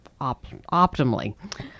optimally